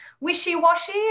wishy-washy